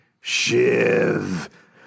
Shiv